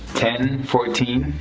ten, fourteen.